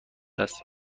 است